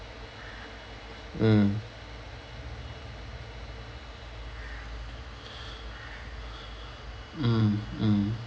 mm mm mm